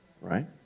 right